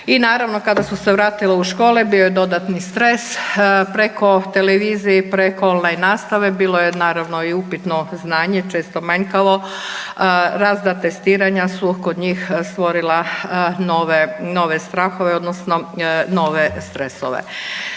I naravno kada su se vratila u škole bio je dodatni stres, preko televizije i preko on-line nastave bilo je naravno i upitno znanje često manjkavo, razna testiranja su kod njih stvorila nove, nove strahove odnosno nove stresove.